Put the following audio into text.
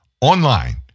online